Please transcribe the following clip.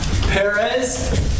Perez